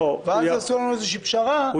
ואז עשו לנו איזושהי פשרה ש --- לא.